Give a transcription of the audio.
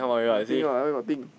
nothing [what] where got thing